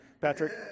Patrick